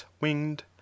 winged